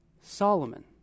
Solomon